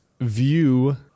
view